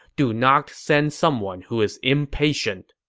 do not send someone who is impatient.